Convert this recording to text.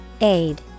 Aid